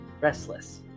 Restless